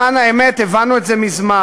למען האמת, הבנו את זה מזמן.